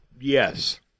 Yes